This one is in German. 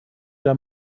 der